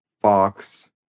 Fox